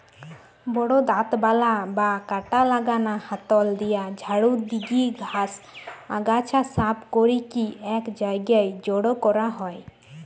বড় দাঁতবালা বা কাঁটা লাগানা হাতল দিয়া ঝাড়ু দিকি ঘাস, আগাছা সাফ করিকি এক জায়গায় জড়ো করা হয়